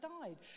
died